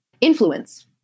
influence